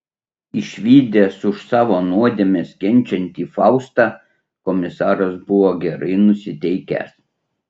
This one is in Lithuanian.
išvydęs už savo nuodėmes kenčiantį faustą komisaras buvo gerai nusiteikęs